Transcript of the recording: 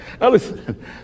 listen